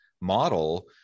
model